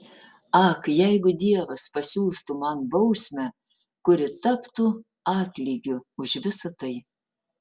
ak jeigu dievas pasiųstų man bausmę kuri taptų atlygiu už visa tai